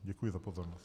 Děkuji za pozornost.